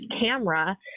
camera